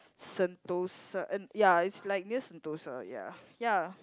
Sentosa uh ya it's like near Sentosa ya ya